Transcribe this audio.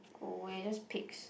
go away just pigs